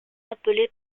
appelé